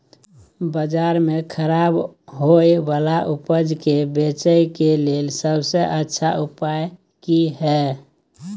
बाजार में खराब होय वाला उपज के बेचय के लेल सबसे अच्छा उपाय की हय?